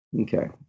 Okay